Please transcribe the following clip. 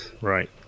Right